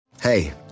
Hey